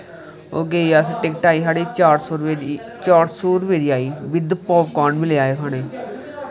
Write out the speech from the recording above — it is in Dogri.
ओह् आई गे अस टिकट आई चार सौ रपेऽ दी चार सौ रपेऽ दी बी आए बिद पॉपकोन बी लेआए खाने गी